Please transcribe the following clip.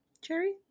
Cherry